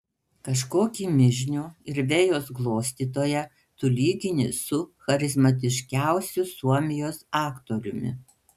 kažkokį mižnių ir vejos glostytoją tu lygini su charizmatiškiausiu suomijos aktoriumi